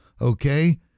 okay